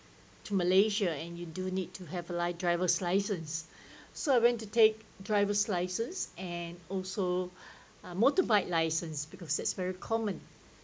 to malaysia and you do need to have a driver's license to take driver's license and also a motorbike licence because it's very common